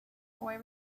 boy